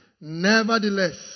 Nevertheless